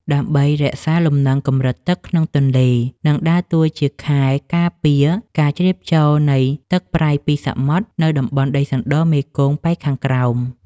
ដើម្បីរក្សាលំនឹងកម្រិតទឹកក្នុងទន្លេ និងដើរតួជាខែលការពារការជ្រាបចូលនៃទឹកប្រៃពីសមុទ្រនៅតំបន់ដីសណ្ដមេគង្គប៉ែកខាងក្រោម។